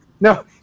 No